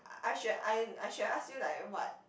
I should I should have asked you like what